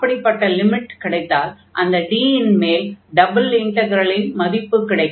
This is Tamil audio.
அப்படிப்பட்ட லிமிட் கிடைத்தால் அந்த D இன் மேல் டபுள் இன்டக்ரலின் மதிப்பு கிடைக்கும்